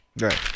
Right